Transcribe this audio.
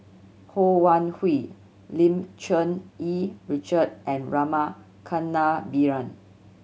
Ho Wan Hui Lim Cherng Yih Richard and Rama Kannabiran